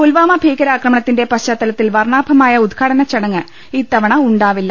പുൽവാമ ഭീകരാക്രമണത്തിന്റെ പശ്ചാത്തലത്തിൽ വർണ്ണാഭമായ ഉദ്ഘാടന ചടങ്ങ് ഇത്തവണ ഉണ്ടാവില്ല